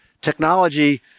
Technology